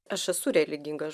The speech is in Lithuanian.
aš esu religingas